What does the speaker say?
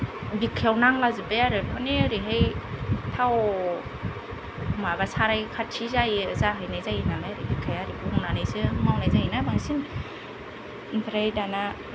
बिखायाव नांलाजोब्बाय आरो माने ओरैहाय थाव माबा साराय खाथि जायो जाहैनाय जायो नालाय ओरै बिखाया ओरै गंनानैसो मावनाय जायो ना बांसिन ओमफ्राय दाना